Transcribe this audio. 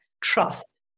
trust